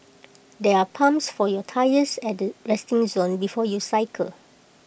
there are pumps for your tyres at the resting zone before you cycle